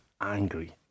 angry